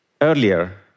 earlier